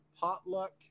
Potluck